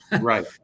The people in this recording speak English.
Right